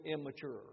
immature